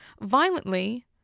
violently